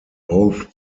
both